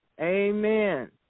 amen